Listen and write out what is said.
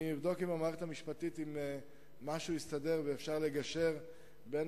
אני אבדוק עם המערכת המשפטית אם משהו הסתדר ואפשר לגשר בין